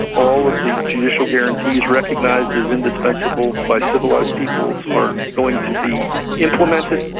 all of the judicial guarantees recognised as indispensible by civilised peoples are going to be implemented,